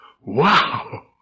wow